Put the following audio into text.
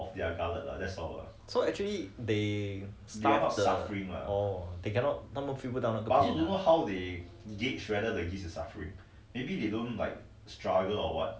so actually they they cannot 它们 feel 不到那个